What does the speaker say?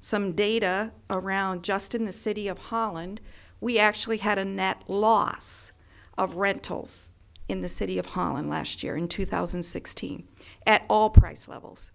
some data around just in the city of holland we actually had a net loss of rentals in the city of holland last year in two thousand and sixteen at all price levels